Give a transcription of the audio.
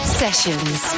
sessions